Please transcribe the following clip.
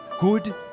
good